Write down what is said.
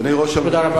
תודה.